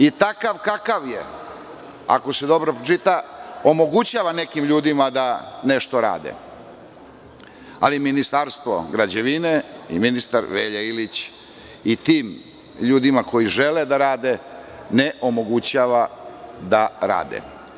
I takav kakav je, ako se dobro pročita, omogućava nekim ljudima da nešto rade, ali Ministarstvo građevine i ministar Velja Ilić tim ljudima koji žele da rade ne omogućava da rade.